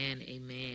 Amen